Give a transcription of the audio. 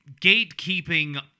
gatekeeping